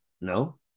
No